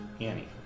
Annie